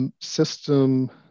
system